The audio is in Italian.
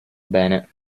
bene